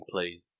Please